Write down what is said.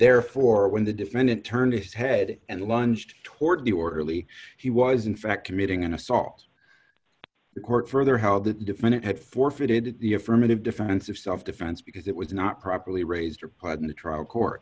therefore when the defendant turned his head and lunged toward the orderly he was in fact committing an assault the court further held the defendant had forfeited the affirmative defense of self defense because it was not properly raised or part in the trial court